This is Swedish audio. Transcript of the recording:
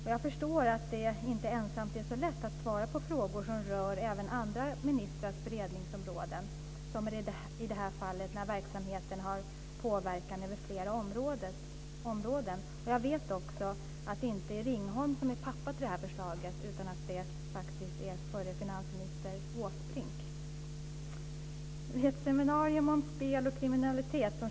Jag förstår att det inte är så lätt att ensam svara på frågor som rör även andra ministrars beredningsområden, som i det här fallet, när verksamheten har påverkan över flera områden. Jag vet också att det inte är Ringholm som är pappa till förslaget, utan förre finansministern Åsbrink.